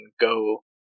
go